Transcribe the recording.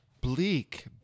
bleak